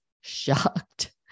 shocked